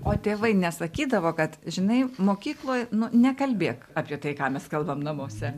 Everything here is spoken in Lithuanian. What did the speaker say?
o tėvai nesakydavo kad žinai mokykloj nu nekalbėk apie tai ką mes kalbam namuose